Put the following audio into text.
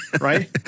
right